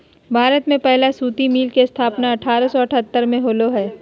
भारत में पहला सूती मिल के स्थापना अठारह सौ अठारह में होले हल